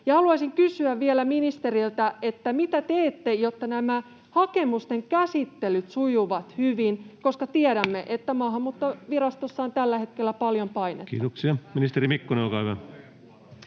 Haluaisin kysyä vielä ministeriltä: mitä teette, jotta nämä hakemusten käsittelyt sujuvat hyvin, koska tiedämme, että Maahanmuuttovirastossa on tällä hetkellä paljon painetta? [Speech 40] Speaker: Ensimmäinen varapuhemies